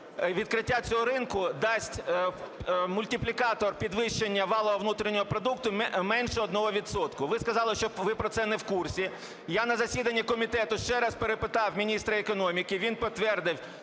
відкриття цього ринку дасть мультиплікатор підвищення валового внутрішнього продукту менше 1 відсотка. Ви сказали, що ви про це не в курсі. Я на засіданні комітету ще раз перепитав міністра економіки, він підтвердив,